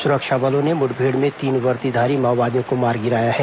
सुरक्षा बलों ने मुठभेड़ में तीन वर्दीधारी माओवादियों को मार गिराया है